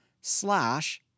slash